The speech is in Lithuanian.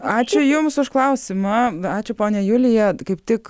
ačiū jums už klausimą ačiū ponia julija kaip tik